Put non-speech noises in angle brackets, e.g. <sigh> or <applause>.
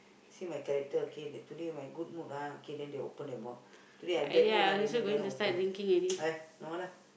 see my character okay like today my good mood ah okay then they open their mouth today I bad mood then they dare not open <noise> no lah